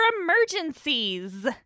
emergencies